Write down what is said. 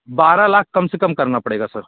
बारह लाख कम से कम करना पड़ेगा सर